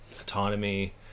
autonomy